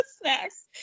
Snacks